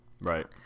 right